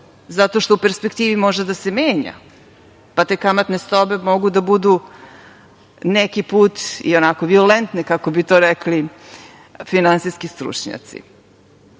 zato što u perspektivi može da se menja, pa te kamatne stope mogu da budu neki put i onako violentne, kako bi to rekli finansijski stručnjaci. Tako